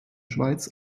schweiz